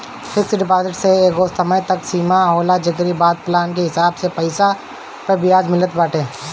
fix deposit के एगो तय समय सीमा होला जेकरी बाद प्लान के हिसाब से पईसा पअ बियाज मिलत बाटे